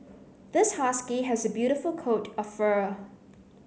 this husky has a beautiful coat of fur